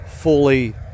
fully